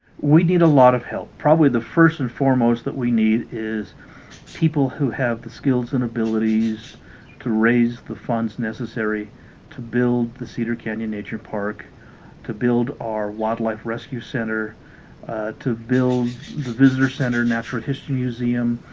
we need a lot of help probably the first and foremost that we need is people who have the skills and abilities to raise the funds necessary to build the cedar canyon nature park to build our wildlife rescue center to build the visitor center, natural history museum,